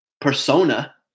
persona